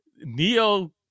neo